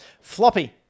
Floppy